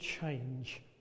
change